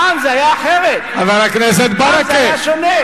פעם זה היה אחרת, פעם זה היה שונה.